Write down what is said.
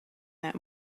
that